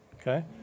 Okay